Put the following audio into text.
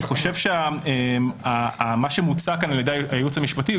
חושב שמה שמוצע כאן על ידי הייעוץ המשפטי,